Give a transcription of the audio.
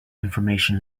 information